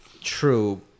true